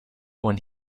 when